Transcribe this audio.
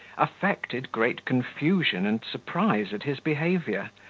affected great confusion and surprise at his behaviour,